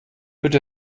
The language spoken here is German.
wird